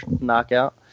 knockout